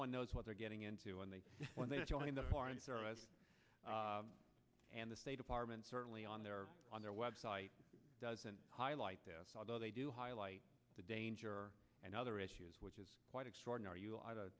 one knows what they're getting into when they when they are joining the foreign service and the state department certainly on their on their website doesn't highlight this although they do highlight the danger and other issues which is quite extraordinary